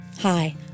Hi